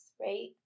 right